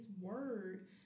word